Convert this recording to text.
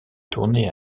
tourné